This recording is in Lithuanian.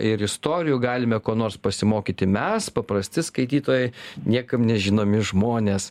ir istorijų galime ko nors pasimokyti mes paprasti skaitytojai niekam nežinomi žmonės